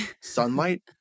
sunlight